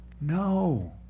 No